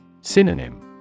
Synonym